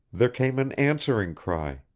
there came an answering cry,